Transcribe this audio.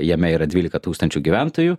jame yra dvylika tūkstančių gyventojų